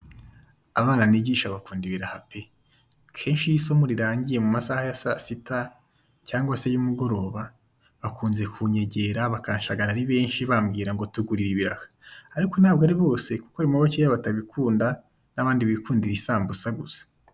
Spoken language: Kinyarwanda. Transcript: Abana nigisha bakunda ibiraha pe, akenshi iyo isomo rirangiye mu masaha ya saa sita cyangwa se y'umugoroba, bakunze kunyegera bakanshagara ari benshi bambwira ngo tugurire ibiraha. Ariko ntabwo ari bose kuko harimo bakeya batabikunda n'abandi bikundira isambusa gusa.